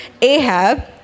Ahab